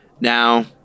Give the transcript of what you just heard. Now